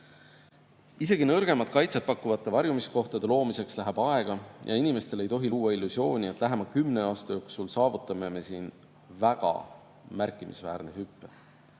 Isegi nõrgemat kaitset pakkuvate varjumiskohtade loomiseks läheb aega ja inimestele ei tohi luua illusiooni, et lähema kümne aasta jooksul saavutame me siin väga märkimisväärse hüppe.